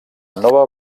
nova